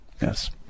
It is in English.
Yes